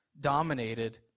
dominated